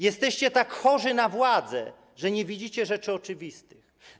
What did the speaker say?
Jesteście tak chorzy na władzę, że nie widzicie rzeczy oczywistych.